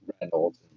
Reynolds